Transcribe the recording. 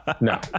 no